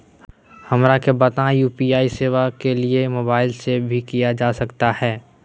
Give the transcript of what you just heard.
हमरा के बताइए यू.पी.आई सेवा के लिए मोबाइल से भी किया जा सकता है?